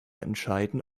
entscheiden